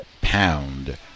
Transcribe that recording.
pound